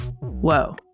whoa